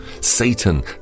Satan